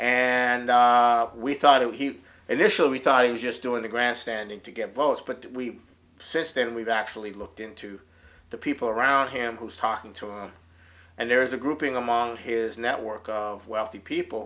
and we thought it was he initially thought he was just doing the grandstanding to get votes but we've since then we've actually looked into the people around him who's talking to him and there is a grouping among his network of wealthy people